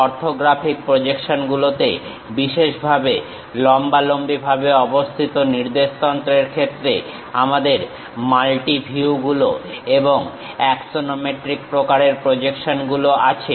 orthographic প্রজেকশনগুলোতে বিশেষভাবে লম্বালম্বিভাবে অবস্থিত নির্দেশতন্ত্রের ক্ষেত্রে আমাদের মালটি ভিউ গুলো এবং অ্যাক্সনোমেট্রিক প্রকারের প্রজেকশন গুলো আছে